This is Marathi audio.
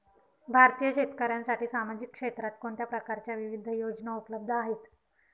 भारतीय शेतकऱ्यांसाठी सामाजिक क्षेत्रात कोणत्या प्रकारच्या विविध योजना उपलब्ध आहेत?